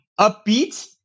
upbeat